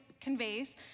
conveys